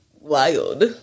wild